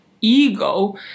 ego